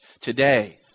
Today